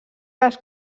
les